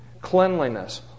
Cleanliness